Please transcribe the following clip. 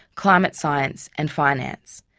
climate science and finance.